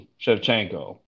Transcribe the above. Shevchenko